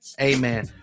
amen